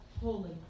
holy